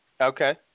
Okay